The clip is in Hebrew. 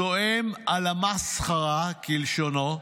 זועם על המסחרה", כלשונו,